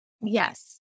Yes